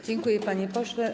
Dziękuję, panie pośle.